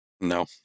No